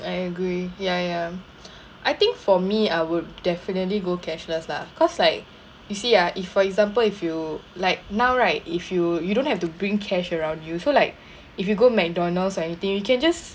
I agree ya ya I think for me I would definitely go cashless lah cause like you see ah if for example if you like now right if you you don't have to bring cash around you so like if you go McDonald's or anything you can just